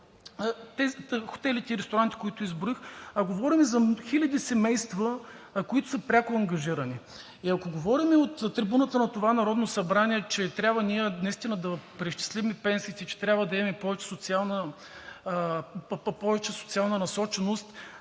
само хотелите и ресторантите, които изброих, а говорим за хилядите семейства, които са пряко ангажирани. Ако говорим от трибуната на Народното събрание, че ние наистина трябва да преизчислим пенсиите, че трябва да имаме повече социална насоченост